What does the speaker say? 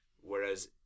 whereas